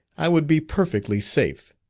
i would be perfectly safe,